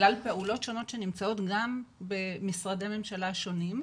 כלל פעולות שונות שנמצאות גם במשרדי ממשלה שונים,